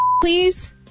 please